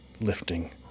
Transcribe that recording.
lifting